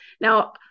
Now